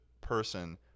person